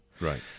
Right